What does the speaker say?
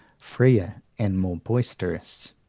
freer and more boisterous.